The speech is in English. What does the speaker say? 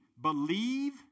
believe